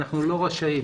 אנחנו לא רשאים.